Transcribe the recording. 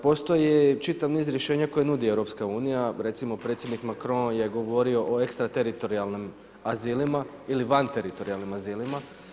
Postoji čitav niz rješenja koje nudi EU, recimo predsjednik Macrone, je govorio o ekstra teritorijalnim azilima ili van teritorijalnim azilima.